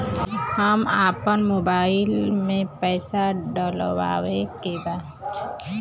हम आपन मोबाइल में पैसा डलवावे के बा?